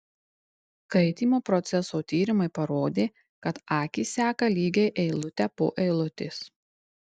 skaitymo proceso tyrimai parodė kad akys seka lygiai eilutę po eilutės